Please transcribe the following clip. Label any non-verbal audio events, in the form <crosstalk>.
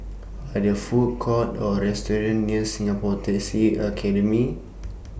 Are There Food Courts Or restaurants near Singapore Taxi Academy <noise>